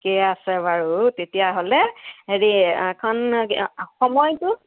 ঠিকেই আছে বাৰু তেতিয়াহ'লে হেৰি এখন সময়টো